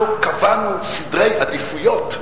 אנחנו קבענו סדרי עדיפויות,